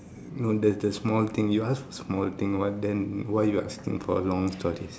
no the the small thing you ask for small thing what then why you asking for long stories